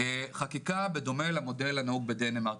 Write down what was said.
חקיקה בדומה למודל הנהוג בדנמרק.